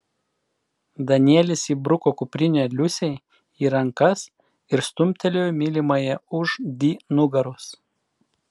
danielis įbruko kuprinę liusei į rankas ir stumtelėjo mylimąją už di nugaros